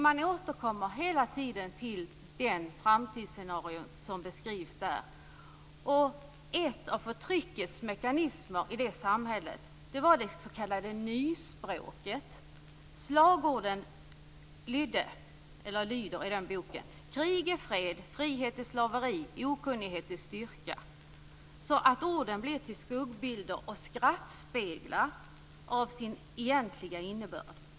Man återkommer hela tiden till det framtidsscenario som beskrivs där. En av förtryckets mekanismer i det samhället var det s.k. nyspråket. Slagorden i boken lyder: Krig är fred. Frihet är slaveri. Okunnighet är styrka. Orden blir till skuggbilder och skrattspeglar av sin egentliga innebörd.